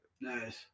Nice